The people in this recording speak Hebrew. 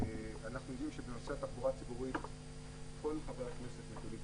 אנחנו יודעים שבנושא התחבורה הציבורית כל חברי הכנסת מקבלים פניות,